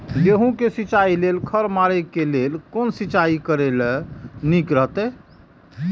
गेहूँ के सिंचाई लेल खर मारे के लेल कोन सिंचाई करे ल नीक रहैत?